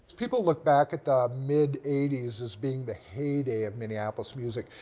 people look back at the mid eighty s as being the heyday of minneapolis music.